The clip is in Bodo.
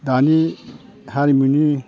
दानि हारिमुनि